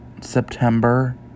September